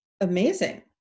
amazing